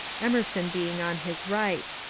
emerson being on his right.